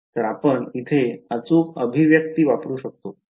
तर आपण येथे अचूक अभिव्यक्ती वापरू